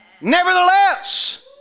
Nevertheless